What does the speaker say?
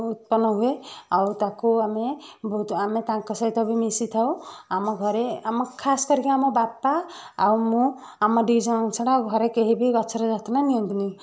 ଉତ୍ପନ୍ନ ହୁଏ ଆଉ ତାକୁ ଆମେ ବହୁତ ଆମେ ତାଙ୍କ ସହିତ ବି ମିଶିଥାଉ ଆମ ଘରେ ଆମ ଖାସ କରିକି ଆମ ବାପା ଆଉ ମୁଁ ଆମ ଦୁଇ ଜଣଙ୍କ ଛଡ଼ା ଆଉ ଘରେ କେହି ବି ଗଛର ଯତ୍ନ ନିଅନ୍ତିନି